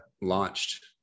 launched